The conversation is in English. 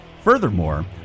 Furthermore